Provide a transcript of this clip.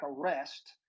arrest